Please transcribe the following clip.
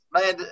man